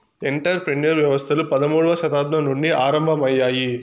enter ప్రెన్యూర్ వ్యవస్థలు పదమూడవ శతాబ్దం నుండి ఆరంభమయ్యాయి